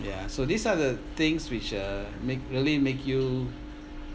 ya so these are the things which uh make really make you